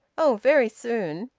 oh! very soon.